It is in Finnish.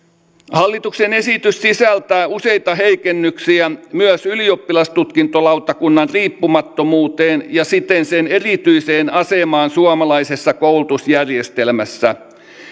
hallituksen esitys sisältää useita heikennyksiä myös ylioppilastutkintolautakunnan riippumattomuuteen ja siten sen erityiseen asemaan suomalaisessa koulutusjärjestelmässä